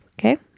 Okay